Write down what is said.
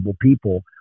people